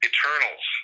Eternals